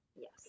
yes